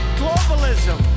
globalism